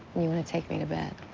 you want to take me to bed.